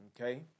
okay